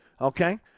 Okay